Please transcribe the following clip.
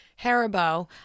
Haribo